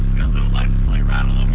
life my rattle